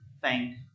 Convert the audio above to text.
thank